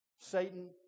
Satan